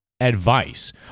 advice